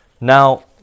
Now